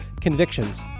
convictions